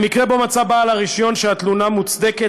במקרה שבעל הרישיון מצא שהתלונה מוצדקת,